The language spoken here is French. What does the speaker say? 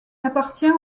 appartient